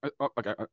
okay